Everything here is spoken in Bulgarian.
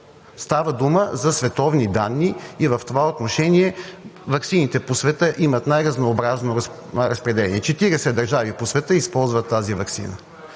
Става дума за световни данни и в това отношение ваксините по света имат най-разнообразно разпределение. Четиридесет държави по света използват тази ваксина.